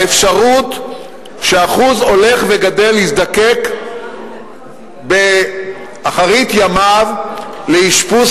האפשרות שאחוז הולך וגדל יזדקק באחרית ימיו לאשפוז